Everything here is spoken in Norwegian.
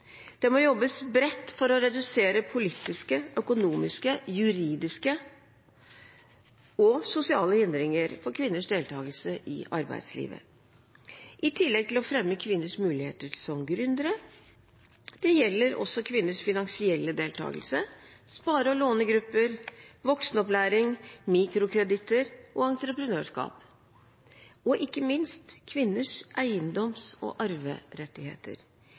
Det må jobbes bredt for å redusere politiske, økonomiske, juridiske og sosiale hindringer for kvinners deltagelse i arbeidslivet, i tillegg til å fremme kvinners muligheter som gründere. Det gjelder også kvinners finansielle deltagelse, spare- og lånegrupper, voksenopplæring, mikrokreditter og entreprenørskap, og ikke minst kvinners eiendoms- og arverettigheter.